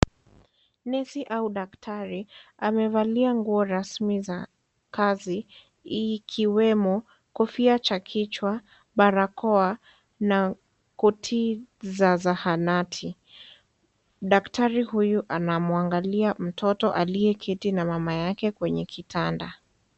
Nesi au daktari, amevalia nguo rasmi za kazi, ikiwemo kofia cha kichwa, barakoa na koti za zahanati. Daktari huyu anamwangalia mtoto aliyeketi na mama yake kwenye kitanda.